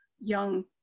young